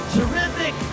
Terrific